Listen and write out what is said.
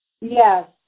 Yes